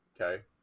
okay